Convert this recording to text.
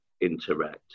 interact